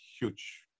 huge